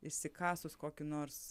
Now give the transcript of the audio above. išsikasus kokį nors